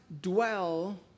dwell